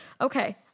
Okay